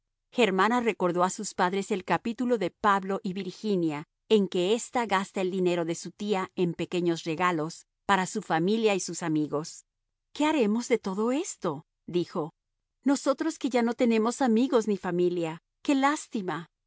germana recordó a sus padres el capítulo de pablo y virginia en que ésta gasta el dinero de su tía en pequeños regalos para su familia y sus amigos qué haremos de todo esto dijo nosotros que ya no tenemos amigos ni familia qué lástima